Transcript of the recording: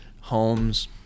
Homes